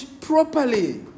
properly